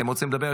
אתם רוצים לדבר?